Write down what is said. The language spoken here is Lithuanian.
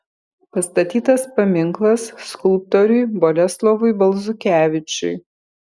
pastatytas paminklas skulptoriui boleslovui balzukevičiui